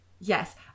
Yes